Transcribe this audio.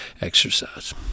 exercise